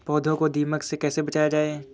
पौधों को दीमक से कैसे बचाया जाय?